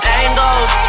angles